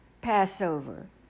Passover